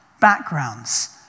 backgrounds